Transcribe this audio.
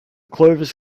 clovers